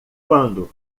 quando